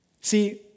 See